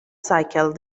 cycle